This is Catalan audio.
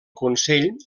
consell